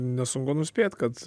nesunku nuspėt kad